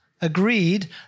agreed